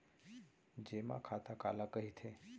जेमा खाता काला कहिथे?